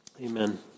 Amen